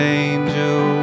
angel